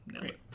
Great